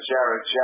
Jared